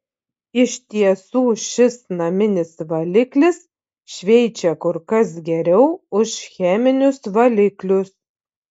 iš tiesų šis naminis valiklis šveičia kur kas geriau už cheminius valiklius